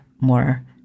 more